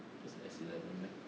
不是 as eleven meh